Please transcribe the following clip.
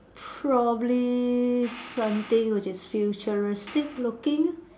probably something which is futuristic looking